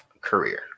career